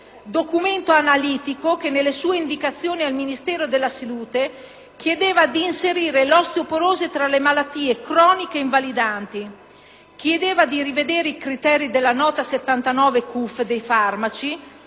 documento analitico che, nelle sue indicazioni al Ministero della salute, chiedeva di inserire l'osteoporosi tra le malattie croniche e invalidanti e chiedeva di rivedere i criteri della Nota CUF n. 79